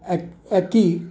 अॅक अॅकी